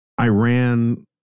Iran